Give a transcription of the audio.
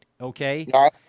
okay